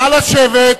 נא לשבת.